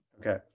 okay